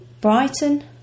Brighton